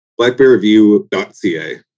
blackbearreview.ca